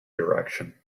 direction